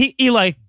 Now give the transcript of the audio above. Eli